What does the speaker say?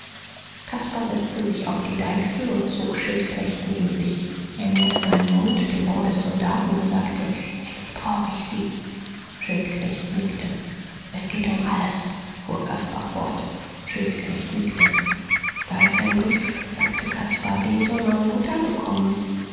caspar setzte sich auf die deichsel und zog schildknecht neben sich er näherte seinen mund dem ohr des soldaten und sagte jetzt brauch ich sie schildknecht nickte es geht um alles fuhr caspar fort schildknecht nickte da ist ein brief sagte caspar den soll meine mutter bekommen